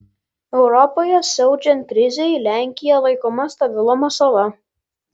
europoje siaučiant krizei lenkija laikoma stabilumo sala